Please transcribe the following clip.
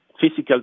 physical